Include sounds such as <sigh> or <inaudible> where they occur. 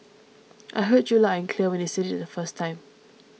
<noise> I heard you loud and clear when you said it the first time